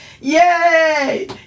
Yay